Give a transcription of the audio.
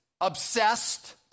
obsessed